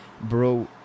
bro